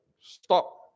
stop